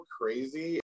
crazy